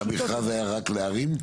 המכרז היה רק לערים?